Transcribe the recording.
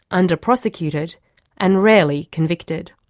under-prosecuted and rarely convicted.